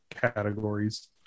categories